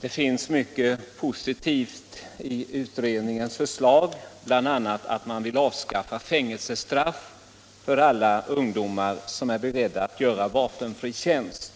Det finns mycket positivt i utredningens förslag, bl.a. att man vill avskaffa fängelsestraff för alla ungdomar som är beredda att göra vapenfri tjänst.